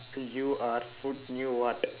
you are food new what